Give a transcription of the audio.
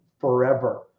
forever